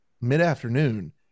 mid-afternoon